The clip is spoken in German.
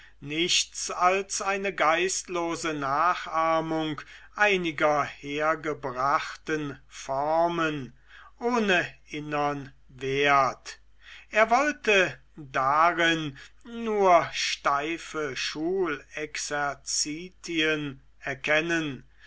nichts als eine geistlose nachahmung einiger hergebrachter formen ohne inneren wert er wollte darin nur steife schulexerzitien erkennen